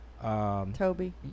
Toby